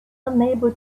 unable